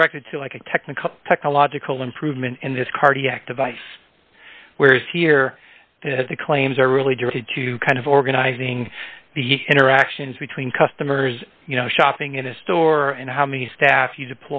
director to like a technical technological improvement in this cardiac device whereas here at the claims are really devoted to kind of organizing the interactions between customers you know shopping in a store and how many staff you